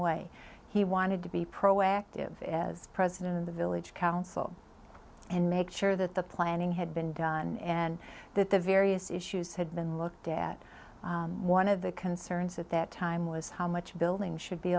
way he wanted to be proactive as president of the village council and make sure that the planning had been done and that the various issues had been looked at one of the concerns at that time was how much building should be